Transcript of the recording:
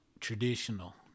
traditional